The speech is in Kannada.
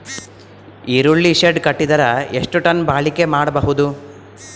ಈರುಳ್ಳಿ ಶೆಡ್ ಕಟ್ಟಿದರ ಎಷ್ಟು ಟನ್ ಬಾಳಿಕೆ ಮಾಡಬಹುದು?